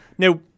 Now